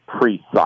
precise